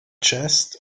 chest